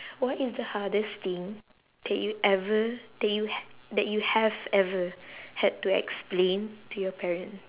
what is the hardest thing that you ever that you h~ that you have ever had to explain to your parent